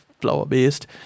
flower-based